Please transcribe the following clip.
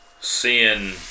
seeing